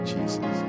Jesus